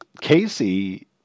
Casey